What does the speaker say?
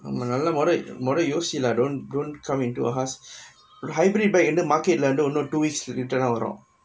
ஆமா நல்லா மொத மொத யோசிலா:aamaa nallea motha motha yosilaa don't don't come into a hush hybrid bike வந்து:vanthu market leh வந்து இன்னும் ஒரு:vanthu innum oru two weeks return ஆவும்:aavum